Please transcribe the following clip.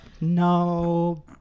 No